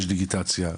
יש דיגיטציה,